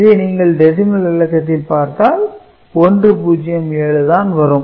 இதை நீங்கள் டெசிமல் இலக்கத்தில் பார்த்தால் 1 0 7 தான் வரும்